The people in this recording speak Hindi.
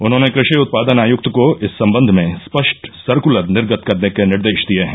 उन्होंने कृषि उत्पादन आयुक्त को इस सम्बन्ध में स्पष्ट सर्कलर निर्गत करने के निर्देश दिए हैं